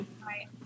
Hi